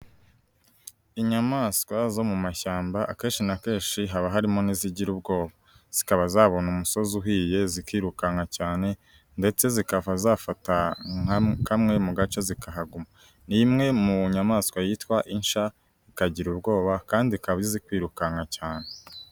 inyamaswa zo mu mashyamba akenshi na kenshi haba harimo n'izigira ubwoba, zikaba zabona umusozi uhiye zikirukanka cyane ndetse zikaBa zafata nka kamwe mu gace zikahaguma, ni imwe mu nyamaswa yitwa insha ikagira ubwoba kandi ikaba izi kwirukanka cyane.